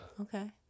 Okay